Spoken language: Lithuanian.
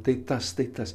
tai tas tai tas